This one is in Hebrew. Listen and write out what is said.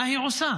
מה היא עושה?